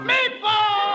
Meatball